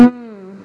mm